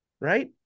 Right